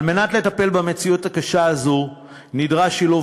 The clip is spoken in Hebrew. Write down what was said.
כדי לטפל במציאות הקשה הזאת נדרש שילוב